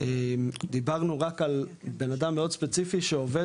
דיברנו רק על בנאדם מאוד ספציפי שעובד,